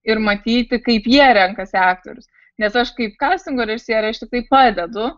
ir matyti kaip jie renkasi aktorius nes aš kaip kastingo režisierė aš tiktai padedu